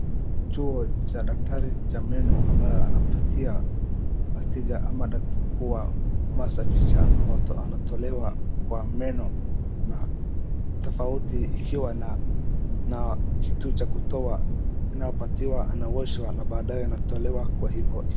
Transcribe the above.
Chuo cha daktari cha meno ambao anapatia wateja ama kuwa ama safisha ama anatolewa kwa meno, na tofauti ikiwa na kitu cha kutoa anayopatiwa anaoshwa na baadae anatolewa kwa hivyo.